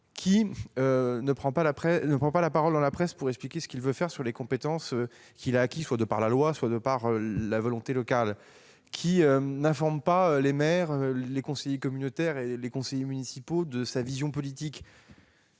ne prend pas la parole dans la presse pour expliquer ce qu'il veut faire au sujet des compétences qu'il a acquises de par la loi ou la volonté locale, s'il n'informe pas les maires, les conseillers communautaires et les conseillers municipaux de sa vision politique,